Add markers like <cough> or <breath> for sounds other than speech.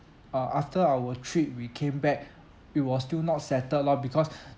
uh after our trip we came back it was still not settled lah because <breath>